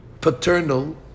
paternal